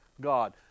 God